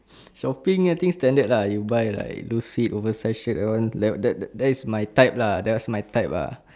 shopping I think standard lah you buy like those oversize shirt that one that is my type lah that is my type ah